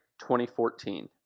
2014